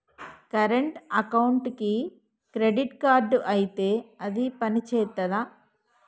Current అకౌంట్కి credit card ఇత్తే అది పని చేత్తదా?